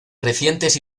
recientes